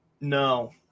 No